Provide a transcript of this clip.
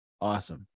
awesome